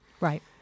Right